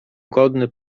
godny